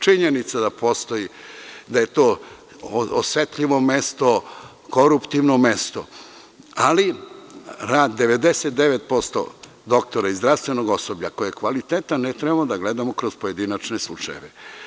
Činjenica je da postoji, da je to osetljivo mesto, koruptivno mesto, ali 99% doktora i zdravstvenog osoblja, koje je kvalitetno, ne možemo da gledamo kroz pojedinačne slučajeve.